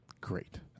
Great